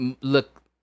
look